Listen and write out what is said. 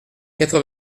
quatre